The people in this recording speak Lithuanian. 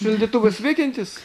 šaldytuvas veikiantis